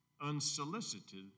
unsolicited